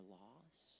loss